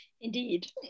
Indeed